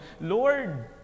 Lord